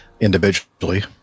individually